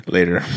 Later